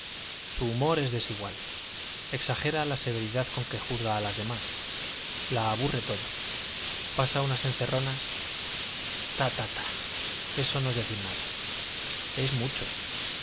su humor es desigual exagera la severidad con que juzga a las demás la aburre todo pasa unas encerronas ta ta ta eso no es decir nada es mucho